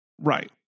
Right